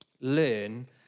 learn